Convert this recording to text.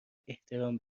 احترام